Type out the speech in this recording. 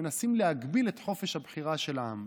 מנסים להגביל את חופש הבחירה של העם,